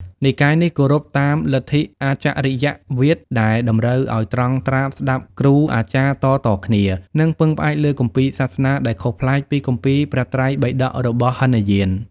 និកាយនេះគោរពតាម លទ្ធិអាចរិយវាទ ដែលតម្រូវឱ្យត្រងត្រាប់ស្តាប់គ្រូអាចារ្យតៗគ្នា និងពឹងផ្អែកលើគម្ពីរសាសនាដែលខុសប្លែកពីគម្ពីរព្រះត្រៃបិដករបស់ហីនយាន។